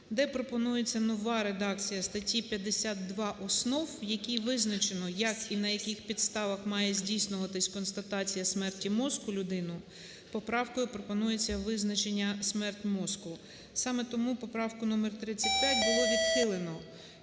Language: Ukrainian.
де пропонується нова редакція статті 52 основ, які визначено як і на яких підставах має здійснюватися констатація смерті мозку людини, поправкою пропонується визначення "смерть мозку". Саме тому поправку номер 35 було відхилено.